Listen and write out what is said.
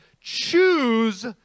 choose